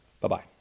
Bye-bye